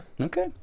okay